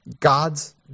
God's